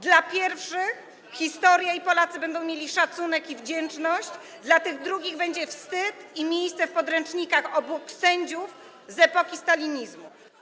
Dla pierwszych historia i Polacy będą mieli szacunek i wdzięczność, dla tych drugich będzie wstyd i miejsce w podręcznikach obok sędziów z epoki stalinizmu.